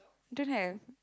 don't have